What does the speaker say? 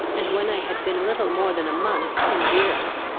and when i had been little more than a month in durance,